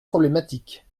problématique